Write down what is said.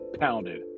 pounded